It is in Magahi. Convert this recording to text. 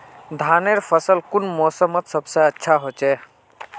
धानेर फसल कुन मोसमोत सबसे अच्छा होचे?